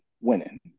winning